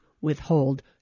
withhold